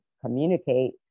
communicate